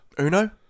Uno